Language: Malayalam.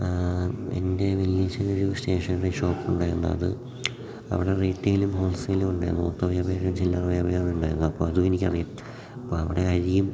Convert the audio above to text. എൻ്റെ വലിയച്ഛനൊരു സ്റ്റേഷനറി ഷോപ്പുണ്ടായിരുന്നു അത് അവിടെ റീറ്റെയിലും ഹോൾ സെയിലും ഉണ്ടായിരുന്നു മൊത്ത വ്യാപാരവും ചില്ലറ വ്യാപാരവും ഉണ്ടായിരുന്നു അപ്പം അതും എനിക്കറിയാം അപ്പം അവിടെ അരിയും